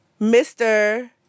mr